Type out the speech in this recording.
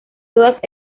todas